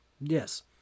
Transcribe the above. Yes